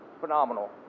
Phenomenal